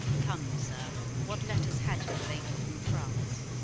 come, sir, what letters had you late from france?